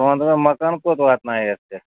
ژٕ وَن تہٕ مےٚ مکان کوٚت واتنایتھ ژےٚ